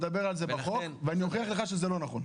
נדבר על זה כשנדון בהצעת החוק ואוכיח לך שזה לא נכון.